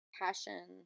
passion